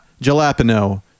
jalapeno